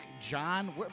John